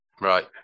Right